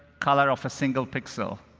color of a single pixel.